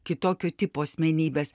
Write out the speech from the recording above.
kitokio tipo asmenybės